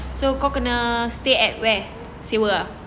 so kau kena stay at where sewa ah